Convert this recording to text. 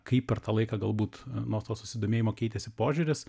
kai per tą laiką galbūt nuo to susidomėjimo keitėsi požiūris